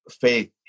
faith